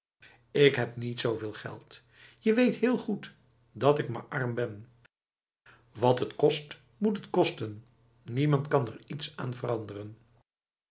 ik heb niet zoveel geld je weet heel goed dat ik maar arm ben wat het kost moet het kosten niemand kan er iets aan veranderen